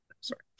sorry